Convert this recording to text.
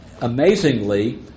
Amazingly